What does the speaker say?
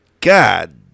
God